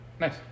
Nice